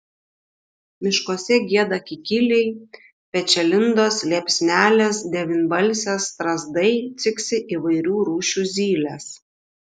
miškuose gieda kikiliai pečialindos liepsnelės devynbalsės strazdai ciksi įvairių rūšių zylės